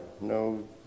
no